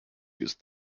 used